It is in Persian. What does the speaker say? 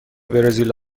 برزیل